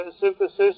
synthesis